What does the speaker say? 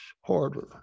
harder